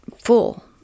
full